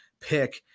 pick